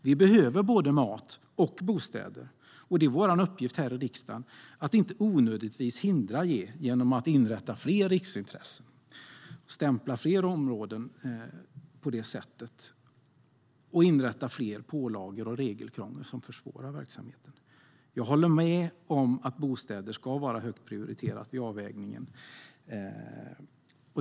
Vi behöver både mat och bostäder, och det är vår uppgift här i riksdagen att inte onödigtvis hindra det genom att inrätta fler riksintressen, stämpla fler områden på det sättet och införa fler pålagor och mer regelkrångel som försvårar verksamheten. Jag håller med om att bostäder ska vara högt prioriterade vid avvägningen.